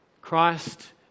Christ